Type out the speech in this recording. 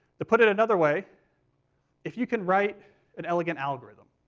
to put it another way if you can write an elegant algorithm,